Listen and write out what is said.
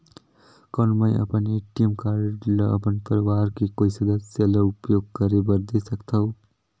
कौन मैं अपन ए.टी.एम कारड ल अपन परवार के कोई सदस्य ल उपयोग करे बर दे सकथव?